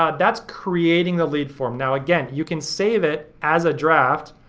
um that's creating a lead form. now, again, you can save it as a draft,